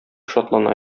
шатлана